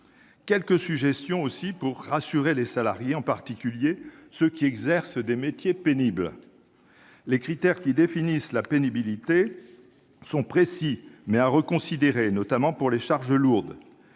quelques suggestions pour rassurer les salariés, en particulier ceux qui exercent des métiers pénibles. Les critères qui définissent la pénibilité sont précis, mais il faut les reconsidérer, notamment pour les charges lourdes.